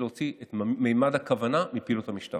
הם לא מרגישים מאוימים, לפחות כפי שנסתברתי.